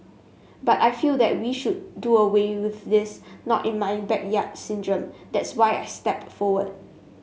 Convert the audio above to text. but I feel that we should do away with this not in my backyard syndrome that's why I stepped forward